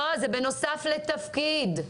לא, זה בנוסף לתפקיד.